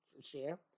share